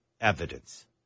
evidence